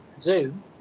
Zoom